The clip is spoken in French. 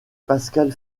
pascale